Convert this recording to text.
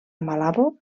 malabo